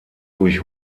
durch